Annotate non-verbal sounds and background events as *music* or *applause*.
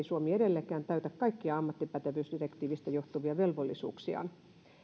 *unintelligible* suomi edelleenkään täytä kaikkia ammattipätevyysdirektiivistä johtuvia velvollisuuksiaan